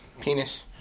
Penis